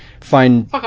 find